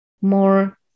more